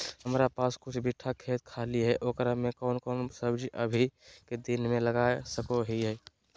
हमारा पास कुछ बिठा खेत खाली है ओकरा में कौन कौन सब्जी अभी के दिन में लगा सको हियय?